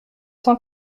cent